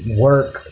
work